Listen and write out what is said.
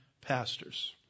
pastors